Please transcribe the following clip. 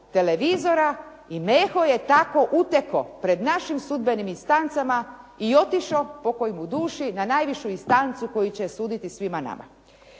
televizora i Meho je tako utekao pred našim sudbenim instancama i otišao pokoj mu duši na najvišu instancu koju će suditi svima nama.